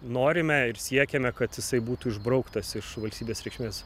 norime ir siekiame kad jisai būtų išbrauktas iš valstybės reikšmės